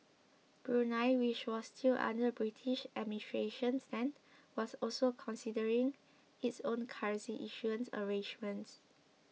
Brunei which was still under British administration then was also considering its own currency issuance arrangements